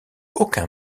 aucun